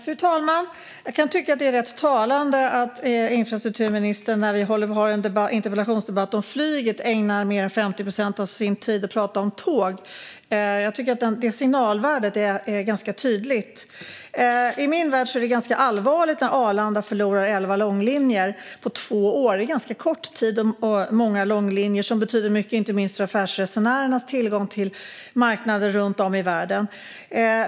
Fru talman! Jag kan tycka att det är rätt talande att infrastrukturministern när vi för en interpellationsdebatt om flyget ägnar mer än 50 procent av sin tid åt att tala om tåg. Jag tycker att det signalvärdet är ganska tydligt. I min värld är det allvarligt att Arlanda förlorar elva långlinjer på två år. Det är ganska kort tid och många långlinjer, som betyder mycket inte minst för affärsresenärernas tillgång till marknader runt om i världen.